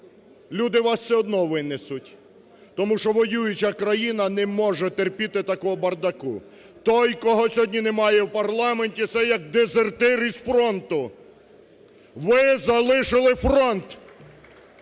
люди вас все одно винесуть. Тому що воююча країна не може терпіти такого бардаку. Той, кого сьогодні немає в парламенті, це як дезертир із фронту. Ви залишили фронт!